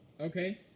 okay